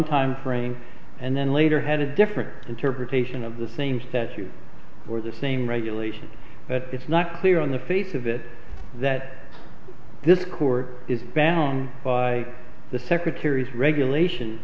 time frame and then later had a different interpretation of the same statute for the same regulation but it's not clear on the face of it that this court is banned by the secretary's regulation